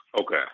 Okay